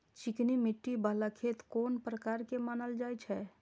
चिकनी मिट्टी बाला खेत कोन प्रकार के मानल जाय छै?